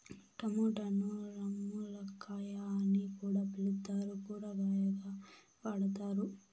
టమోటాను రామ్ములక్కాయ అని కూడా పిలుత్తారు, కూరగాయగా వాడతారు